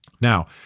Now